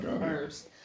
first